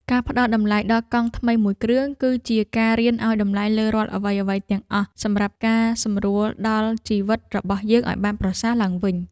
ការផ្ដល់តម្លៃដល់កង់ថ្មីមួយគ្រឿងគឺជាការរៀនឱ្យតម្លៃលើរាល់អ្វីៗទាំងអស់សម្រាប់ការសម្រួលដល់ជីវិតរបស់យើងឱ្យបានប្រសើរឡើងវិញ។